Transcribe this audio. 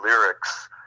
lyrics